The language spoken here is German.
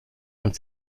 und